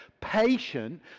patient